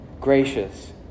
gracious